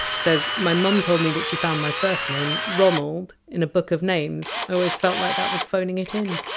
says! degmy mom told me that she found my first name ronald in a book of names. i always felt like that was phoning it in!